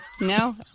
No